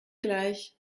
gleich